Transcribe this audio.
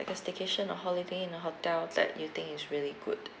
staycation or holiday in a hotel that you think is really good